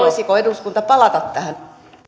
voisiko eduskunta palata tähän asiaan